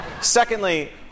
Secondly